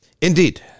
Indeed